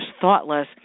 thoughtless